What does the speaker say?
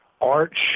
arch